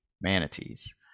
manatees